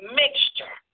mixture